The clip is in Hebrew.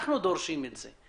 אנחנו דורשים את זה.